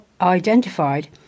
identified